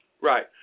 Right